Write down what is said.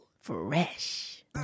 Fresh